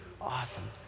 Awesome